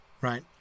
right